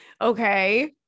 Okay